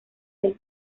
del